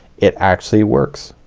it actually works.